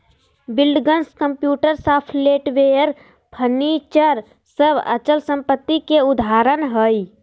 buildings, computer, software, furniture सब अचल संपत्ति के उदाहरण हय